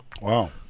Wow